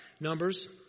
Numbers